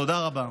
תודה רבה.